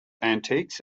antiques